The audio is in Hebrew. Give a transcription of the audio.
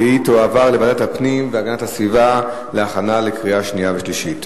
והיא תועבר לוועדת הפנים והגנת הסביבה להכנה לקריאה שנייה ושלישית.